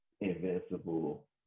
Invincible